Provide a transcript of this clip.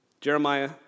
Jeremiah